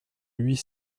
huit